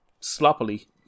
sloppily